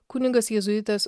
kunigas jėzuitas